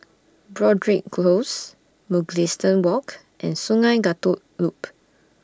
Broadrick Close Mugliston Walk and Sungei Kadut Loop